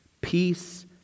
Peace